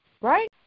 right